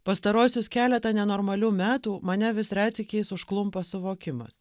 pastaruosius keletą nenormalių metų mane vis retsykiais užklumpa suvokimas